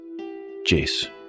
Jace